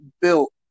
built